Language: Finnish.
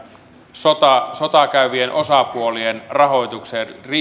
sotaa sotaa käyvien osapuolien rahoitukseen